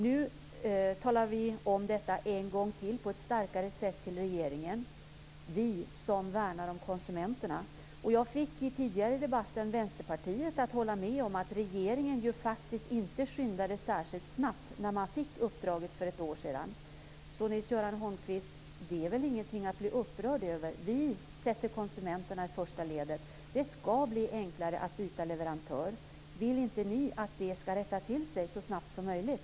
Nu talar vi om detta en gång till på ett starkare sätt - vi som värnar konsumenterna. Jag fick tidigare i debatten Vänsterpartiet att hålla med om att regeringen ju faktiskt inte skyndade särskilt snabbt när den fick uppdraget för ett år sedan. Så, Nils-Göran Holmqvist, det är väl ingenting att bli upprörd över. Vi sätter konsumenterna i första ledet. Det ska bli enklare att byta leverantör. Vill inte ni att det ska rättas till så snart som möjligt?